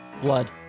Blood